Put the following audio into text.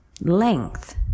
Length